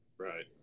Right